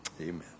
Amen